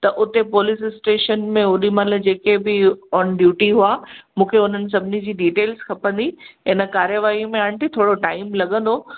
त उते police station में ओडी महिल जेके बि ऑनड्यूटी हुआ मूंखे हुन सभिनी जी डिटेल खपंदी इन कार्यवाही में आंटी थोरो टाइम लॻंदो